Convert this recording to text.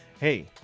Hey